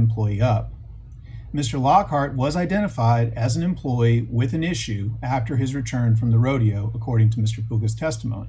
employee mr lockhart was identified as an employee with an issue after his return from the rodeo according to mr because testimony